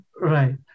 Right